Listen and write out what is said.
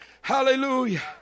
Hallelujah